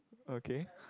okay